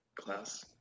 class